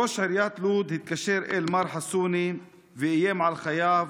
ראש עיריית לוד התקשר אל מר חסונה ואיים על חייו